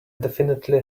definitely